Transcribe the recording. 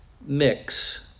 mix